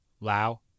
Lao